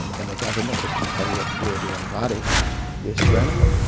um and the government that can tell you what to do with your own body is tyrannical.